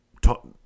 talk